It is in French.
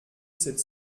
cette